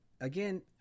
Again